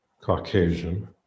Caucasian